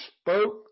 spoke